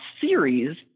series